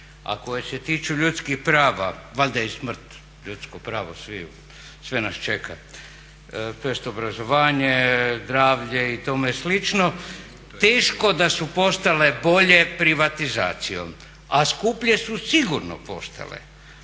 koje se tiču ljudskih prava valjda je i smrt ljudsko pravo sviju, sve nas čeka, tj. obrazovanje, zdravlje i tome slično teško da su postale bolje privatizacijom, a skuplje su sigurno postale.